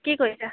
কি কৰিছা